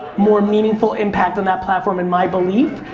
more meaningful impact on that platform and my belief,